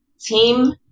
Team